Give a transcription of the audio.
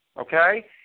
Okay